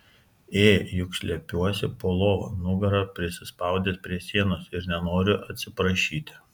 ė juk slepiuosi po lova nugara prisispaudęs prie sienos ir nenoriu atsiprašyti